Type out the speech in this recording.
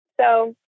So-